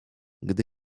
gdy